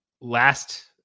last